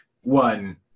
one